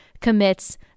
commits